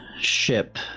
ship